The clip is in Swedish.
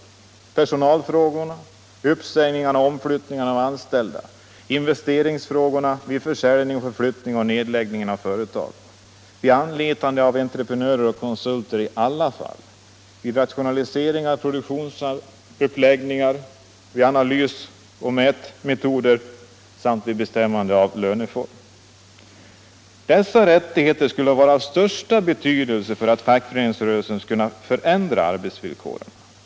Det gäller personalfrågorna, frågor vid uppsägning och omflyttning av anställda, investeringsfrågorna, frågor vid försäljning, förflyttning och nedläggning av företag, vid anlitande av entreprenörer och konsulter i alla fall, vid rationaliseringer, produktionsuppläggningar, analys och mätmetoder samt vid bestämmande av löneform. Dessa rättigheter skulle vara av största betydelse för att fackföreningsrörelsen skulle kunna förändra arbetsvillkoren.